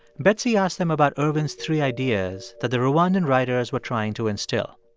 betsy asked them about ervin's three ideas that the rwandan writers were trying to instill.